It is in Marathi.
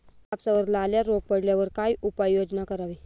कापसावर लाल्या रोग पडल्यावर काय उपाययोजना करावी?